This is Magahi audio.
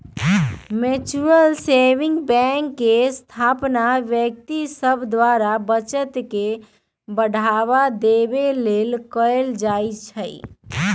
म्यूच्यूअल सेविंग बैंक के स्थापना व्यक्ति सभ द्वारा बचत के बढ़ावा देबे लेल कयल जाइ छइ